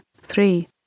three